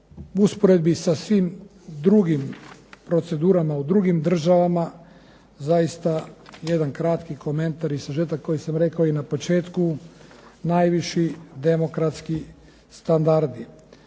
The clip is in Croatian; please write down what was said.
u usporedbi sa svim drugim procedurama u drugim državama zaista jedan kratki komentar i sažetak koji sam rekao i na početku najviši demokratski standardi.